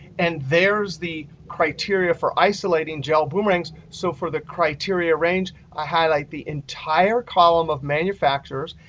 and there's the criteria for isolating gel boomerangs. so for the criteria range, i highlight the entire column of manufacturers,